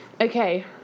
Okay